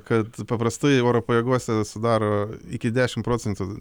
kad paprastai oro pajėgose sudaro iki dešim procentų